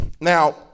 now